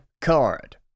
Card